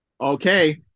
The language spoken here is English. Okay